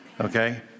Okay